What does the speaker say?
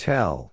Tell